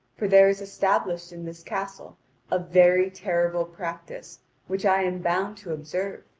for there is established in this castle a very terrible practice which i am bound to observe.